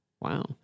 Wow